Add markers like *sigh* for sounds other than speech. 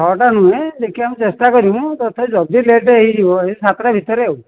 ଛଅଟା ନୁହେଁ ଦେଖିବା ଆମେ ଚେଷ୍ଟା କରିବୁ ତଥାପି ଯଦି ଲେଟ୍ ହେଇଯିବ *unintelligible* ସାତଟା ଭିତରେ ଆଉ